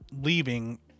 leaving